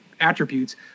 attributes